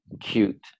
cute